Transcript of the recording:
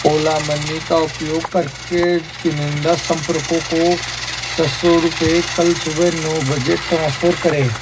ओला money का उपयोग कर के चुनिंदा संपर्कों को छः सौ रुपये कल सुबह नौ बजे ट्रांसफ़र करें